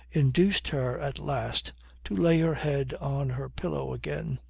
induced her at last to lay her head on her pillow again,